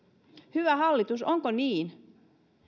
hyvä hallitus onko niin